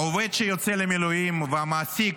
עובד שיוצא למילואים והמעסיק,